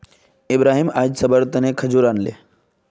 इब्राहिम अयेज सभारो तने खजूर आनले